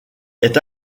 est